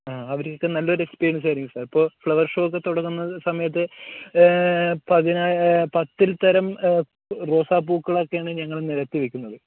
ആ അവർക്കൊക്കെ നല്ല ഒരു എക്സ്പീരിയൻസ് ആയിരിക്കും സർ ഇപ്പോൾ ഫ്ലവർ ഷോ തുടങ്ങുന്ന സമയത്ത് പത്തിന പത്തുതരം റോസാപ്പൂക്കളൊക്കെ ആണ് ഞങ്ങൾ നിരത്തി വയ്ക്കുന്നത്